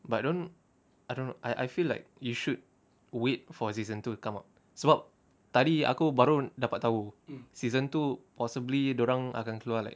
but don't I don't know I I feel like you should wait for season two come out sebab tadi aku baru dapat tahu season two possibly dorang akan keluar like